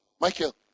Michael